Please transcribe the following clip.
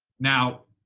now